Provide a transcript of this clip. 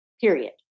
period